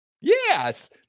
Yes